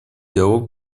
диалог